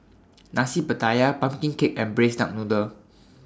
Nasi Pattaya Pumpkin Cake and Braised Duck Noodle